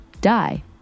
die